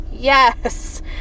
yes